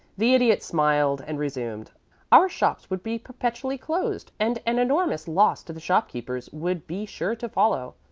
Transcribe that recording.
the idiot smiled, and resumed our shops would be perpetually closed, and an enormous loss to the shopkeepers would be sure to follow.